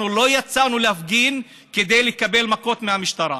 אנחנו לא יצאנו להפגין כדי לקבל מכות מהמשטרה.